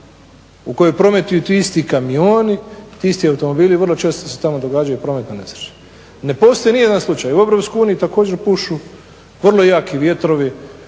u kojoj prometuju ti isti kamioni, ti isti automobili. Vrlo često se tamo događaju prometne nesreće. Ne postoji ni jedan slučaj, u EU također pušu vrlo jaki vjetrovi